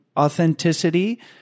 authenticity